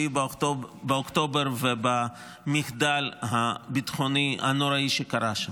באוקטובר ובמחדל הביטחוני הנוראי שקרה שם.